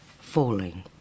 falling